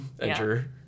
enter